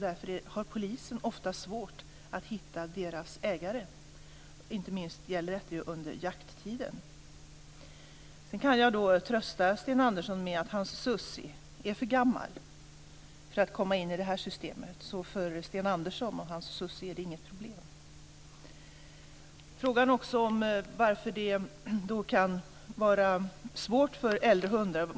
Därför har polisen ofta svårt att hitta deras ägare, inte minst under jakttiden. Jag kan trösta Sten Andersson med att hans Sussie är för gammal för att komma in i det här systemet. För Sten Andersson och hans Sussie är detta inget problem. Sedan var det frågan om varför märkningen kan vara svår för äldre hundar.